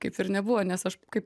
kaip ir nebuvo nes aš kaip